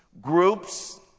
groups